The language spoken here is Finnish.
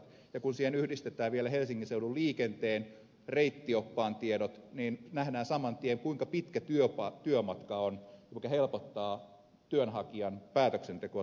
kun siihen yhdistetään vielä helsingin seudun liikenteen reittioppaan tiedot nähdään saman tien kuinka pitkä työmatka on mikä helpottaa työnhakijan päätöksentekoa todella paljon